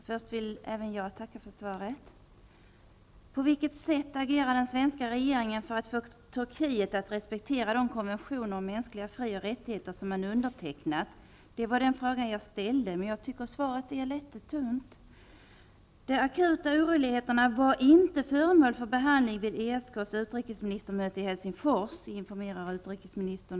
Fru talman! Först vill även jag tacka för svaret. På vilket sätt agerar den svenska regeringen för att få Turkiet att respektera de konventioner om mänskliga fri och rättigheter som landet undertecknat? Detta var den fråga som jag ställde, men jag tycker att svaret är rätt tunt. De akuta oroligheterna var inte föremål för behandling vid ESK:s utrikesministermöte i Helsingfors, informerar utrikesministern.